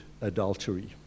adultery